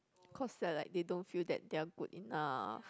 cause they're like they don't feel that they are good enough